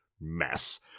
mess